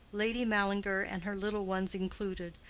lady mallinger and her little ones included,